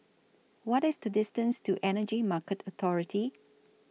What IS The distance to Energy Market Authority